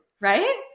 Right